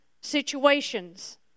situations